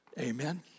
Amen